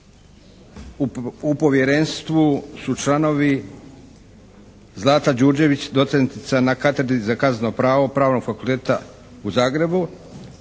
u povjerenstvu su članovi Zlata Đurđević docentica na Katedri za kazneno pravo Pravnog fakulteta u Zagrebu,